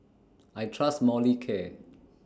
I Trust Molicare